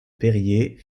périer